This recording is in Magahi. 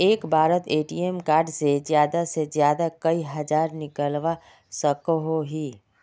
एक बारोत ए.टी.एम कार्ड से ज्यादा से ज्यादा कई हजार निकलवा सकोहो ही?